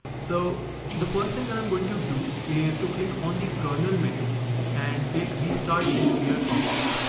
so the first thing that i'm going to do is to click on the kernel menu and click restart and clear output.